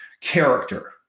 character